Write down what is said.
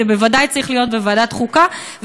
זה בוודאי צריך להיות בוועדת החוקה.